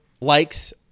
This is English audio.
likes